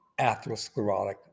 atherosclerotic